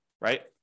right